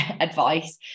advice